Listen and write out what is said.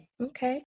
Okay